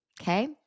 okay